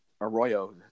Arroyo